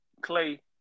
Clay